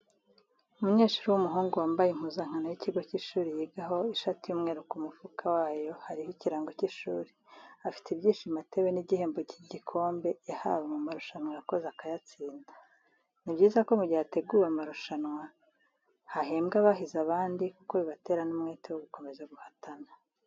Umunyeshuri w'umuhungu wambaye impuzankano y'ikigo cy'ishuri yigaho ishati y'umweru ku mufuka wayo hariho ikirango cy'ishuri, afite ibyishimo atewe n'igihembo cy'igikombe yahawe mu marushanwa yakoze akayatsinda. Ni byiza ko mu gihe hateguwe amarusanwa hahembwa abahize abandi kuko bibatera n'umwete wo gukomeza guhatana.